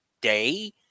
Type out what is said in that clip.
day